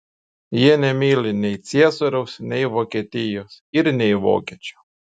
jie nemyli nei ciesoriaus nei vokietijos ir nei vokiečių